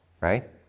Right